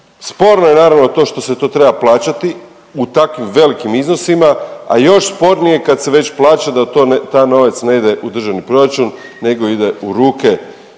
sporno je naravno, to što se to treba plaćati u takvim velikim iznosila, a još spornije, kad se već plaća da taj novac ne ide u državni proračun nego ide u ruke